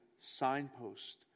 signpost